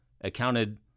accounted